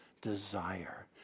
desire